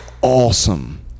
awesome